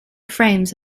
frames